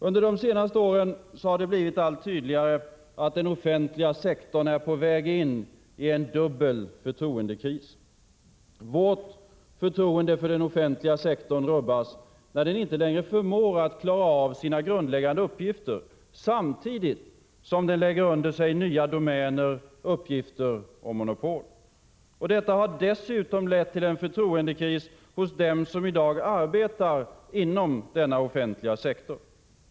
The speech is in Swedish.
Under de senaste åren har det blivit allt tydligare att den offentliga sektorn är på väg in i en dubbel förtroendekris. Vårt förtroende för den offentliga sektorn rubbas när den inte längre förmår att klara av sina grundläggande uppgifter, samtidigt som den lägger under sig nya domäner, uppgifter och monopol. Detta har dessutom lett till en förtroendekris hos dem som i dag arbetar inom denna offentliga sektor.